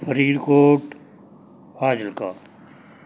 Faridkot Fazilka